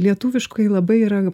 lietuviškai labai yra